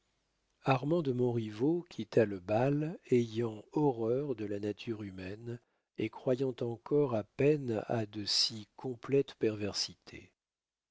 armand de montriveau quitta le bal ayant horreur de la nature humaine et croyant encore à peine à de si complètes perversités